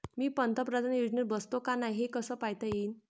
मी पंतप्रधान योजनेत बसतो का नाय, हे कस पायता येईन?